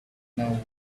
now